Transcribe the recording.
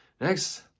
Next